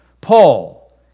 Paul